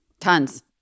Tons